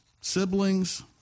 siblings